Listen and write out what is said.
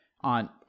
on